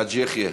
חאג' יחיא.